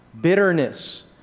bitterness